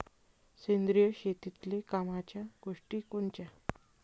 सेंद्रिय शेतीतले कामाच्या गोष्टी कोनच्या?